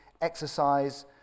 exercise